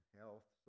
health